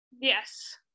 yes